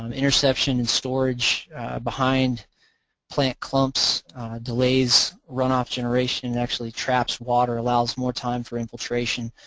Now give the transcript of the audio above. um interception and storage behind plant clumps delays runoff generation and actually traps water, allows more time for infiltration,